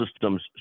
systems